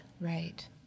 right